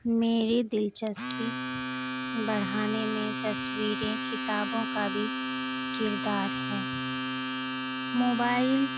میری دلچسپی بڑھانے میں تصویریں کتابوں کا بھی کردار ہے موبائل